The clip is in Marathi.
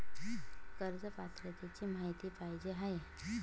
कर्ज पात्रतेची माहिती पाहिजे आहे?